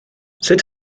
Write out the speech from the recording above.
sut